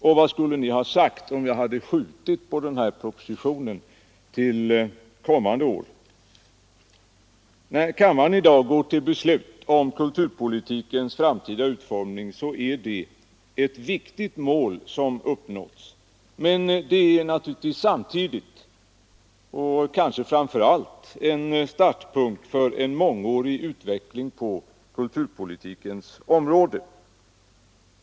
Och vad skulle fru Mogård och fru Frenkel ha sagt om jag hade skjutit på denna proposition till kommande år? När kammaren i dag går till beslut om kulturpolitikens framtida utformning, är det därför ett viktigt mål som uppnåtts, men det är naturligtvis samtidigt och kanske framför allt en startpunkt för en mångårig utveckling på kulturpolitikens område.